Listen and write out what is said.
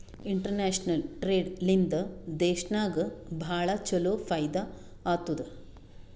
international trade ಲಿಂದಾ ದೇಶನಾಗ್ ಭಾಳ ಛಲೋ ಫೈದಾ ಆತ್ತುದ್